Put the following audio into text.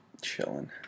chilling